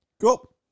Cool